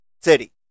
city